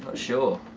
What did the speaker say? sure,